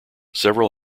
several